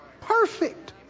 perfect